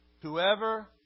whoever